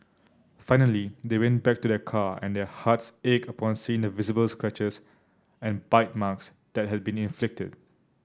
finally they went back to their car and their hearts ached upon seeing the visible scratches and bite marks that had been inflicted